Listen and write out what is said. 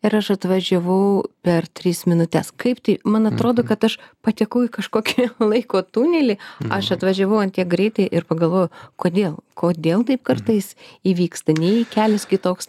ir aš atvažiavau per tris minutes kaip tai man atrodo kad aš patekau į kažkokį laiko tunelį aš atvažiavau ant tiek greitai ir pagalvojau kodėl kodėl taip kartais įvyksta nei kelias kitoks